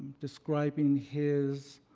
describing his,